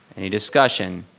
any discussion?